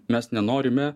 mes nenorime